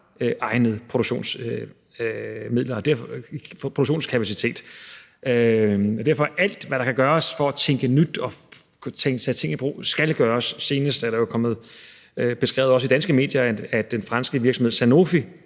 egnet produktionskapacitet. Derfor skal alt, hvad der kan gøres for at tænke nyt og sætte ting i brug, gøres. Senest er det jo beskrevet, også i danske medier, at den franske virksomhed Sanofi